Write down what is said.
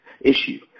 issue